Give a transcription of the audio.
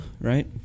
right